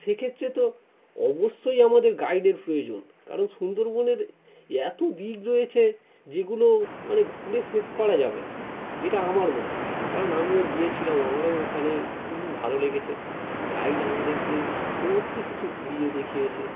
সেক্ষেত্রে তো অবশ্যই আমাদের গাইডের প্রয়োজন কারণ সুন্দরবনের এতো দিক রয়েছে যেগুলো মানে ঘুরে শেষ করা যাবে না যেটা আমার মতে কারণ আমিও গিয়েছিলাম আমারও ওখানে খুবই ভালো লেগেছে গাইড আমাদেরকে সমস্ত কিছু ঘুরিয়ে দেখিয়েছে